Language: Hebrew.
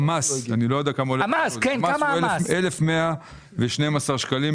היום, 1,112 שקלים.